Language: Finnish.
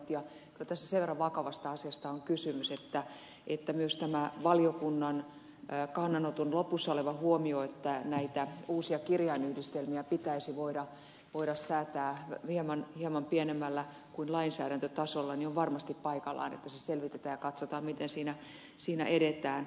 kyllä tässä sen verran vakavasta asiasta on kysymys että on varmasti paikallaan että myös tämä valiokunnan kannanoton lopussa oleva huomio että näitä uusia kirjainyhdistelmiä pitäisi voida säätää hieman pienemmällä kuin lainsäädäntötasolla selvitetään ja katsotaan miten siinä edetään